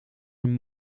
een